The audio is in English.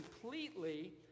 completely